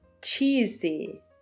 cheesy